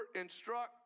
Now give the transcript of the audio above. instruct